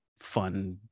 fun